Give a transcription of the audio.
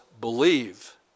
believe